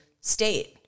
state